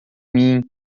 mim